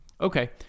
Okay